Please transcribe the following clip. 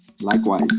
Likewise